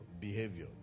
Behavior